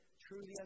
truly